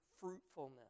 fruitfulness